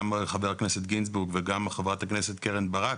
גם חבר הכנסת גינזבורג וגם חברת הכנסת קרן ברק,